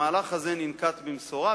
המהלך הזה ננקט במשורה.